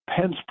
Pence